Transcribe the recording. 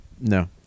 No